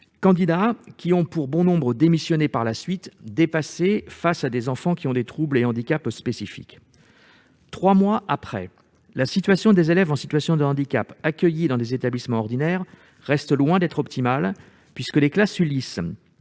Or ils ont été nombreux à démissionner par la suite, dépassés face à des enfants qui ont des troubles et handicaps spécifiques. Trois mois plus tard, la situation des élèves en situation de handicap accueillis dans des établissements ordinaires reste loin d'être optimale, puisque les classes ULIS,